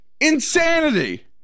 insanity